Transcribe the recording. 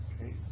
Okay